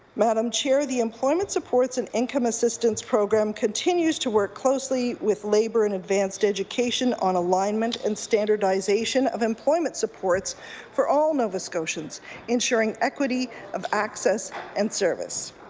madam chair, the employment supports and income assistance program continues to work closely with labour and advanced education on alignment and standardization of employment supports for all nova scotians north shoring equity of access and service.